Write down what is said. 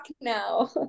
now